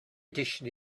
edition